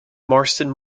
marston